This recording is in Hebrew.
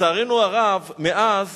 לצערנו הרב, מאז